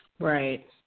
Right